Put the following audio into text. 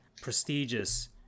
prestigious